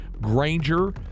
Granger